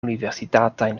universitatajn